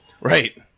Right